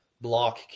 block